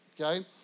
okay